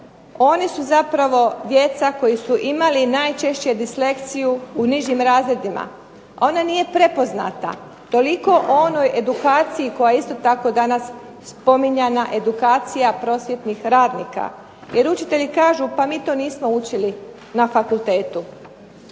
Oni su zapravo djeca koji su imali najčešće disleksiju u nižim razredima. Ona nije prepoznata. Toliko o onoj edukaciji koja je isto tako danas spominjana, edukacija prosvjetnih radnika. Jer učitelji kažu pa mi to nismo učili na fakultetu.